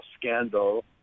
scandal